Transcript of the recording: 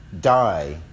die